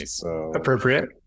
Appropriate